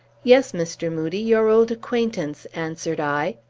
yes, mr. moodie, your old acquaintance, answered i.